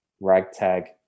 ragtag